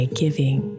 giving